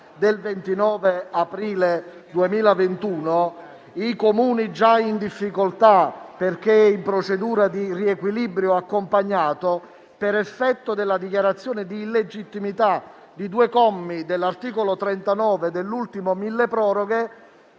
del 29 aprile 2021, i Comuni già in difficoltà perché in procedura di riequilibrio accompagnato, per effetto della dichiarazione di illegittimità di due commi dell'articolo 39 dell'ultimo decreto milleproroghe,